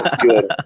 good